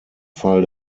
fall